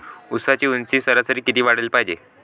ऊसाची ऊंची सरासरी किती वाढाले पायजे?